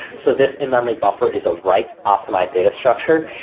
so this in-memory buffer is a write optimized data structure.